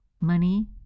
Money